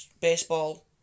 Baseball